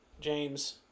James